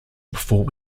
before